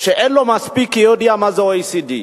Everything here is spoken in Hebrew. שאין לו מספיק יודע מה זה OECD?